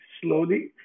slowly